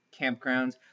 campgrounds